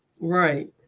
Right